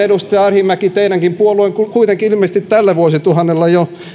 edustaja arhinmäki teidänkin puolueenne on kuitenkin ilmeisesti tällä vuosituhannella jo jonka